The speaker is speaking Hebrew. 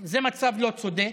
זה מצב לא צודק.